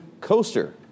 coaster